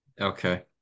Okay